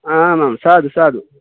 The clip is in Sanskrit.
आमां साधु साधु